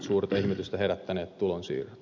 suurta ihmetystä herättäneet tulonsiirrot